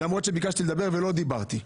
למרות שביקשתי לדבר, לא דיברתי.